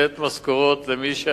לתת משכורות למי שעבד,